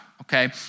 okay